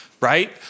Right